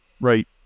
right